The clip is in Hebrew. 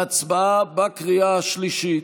הצבעה בקריאה השלישית.